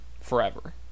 forever